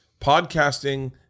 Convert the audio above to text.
podcasting